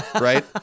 Right